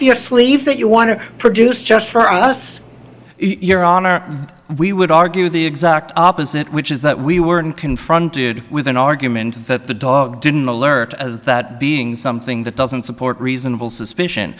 if that you want to produce just for us your honor we would argue the exact opposite which is that we were confronted with an argument that the dog didn't alert as that being something that doesn't support reasonable suspicion